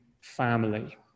family